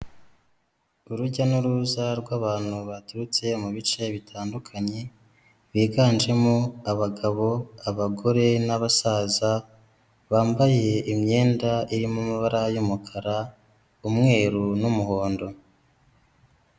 Urujya n'uruza rw'abantu baturutse mu bice bitandukanye, biganjemo abagabo, abagore n'abasaza, bambaye imyenda irimo amabara y'umukara, umweru n'umuhondo.